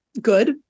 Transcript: good